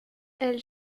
elles